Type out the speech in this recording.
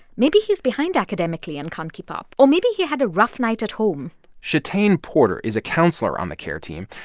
maybe he's behind academically and can't keep up, or maybe he had a rough night at home shatane porter is a counselor on the care team,